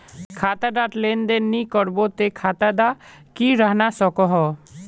खाता डात लेन देन नि करबो ते खाता दा की रहना सकोहो?